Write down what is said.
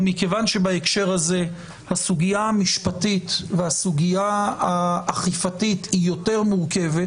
ומכיוון שבהקשר הזה הסוגיה המשפטית והסוגיה האכיפתית היא יותר מורכבת,